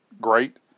great